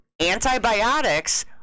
Antibiotics